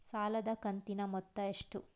ಸಾಲದ ಕಂತಿನ ಮೊತ್ತ ಎಷ್ಟು?